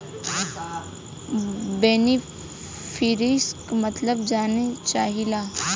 बेनिफिसरीक मतलब जाने चाहीला?